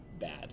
bad